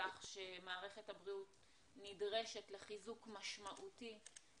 שאחד הדברים היותר חשובים הוא שנראה איך אנחנו מתארגנים ליום שאחרי.